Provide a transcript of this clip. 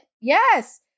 Yes